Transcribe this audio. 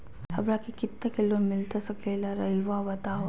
हमरा के कितना के लोन मिलता सके ला रायुआ बताहो?